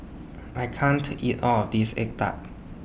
I can't eat All of This Egg Tart